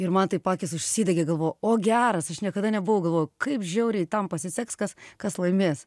ir man taip akys užsidegė galvoju o geras aš niekada nebuvau galvojau kaip žiauriai tam pasiseks kas kas laimės